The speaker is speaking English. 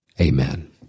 Amen